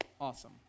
Awesome